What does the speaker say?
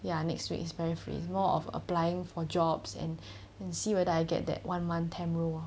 ya next week it's very free it's more of applying for jobs and and see whether I get that one month temp role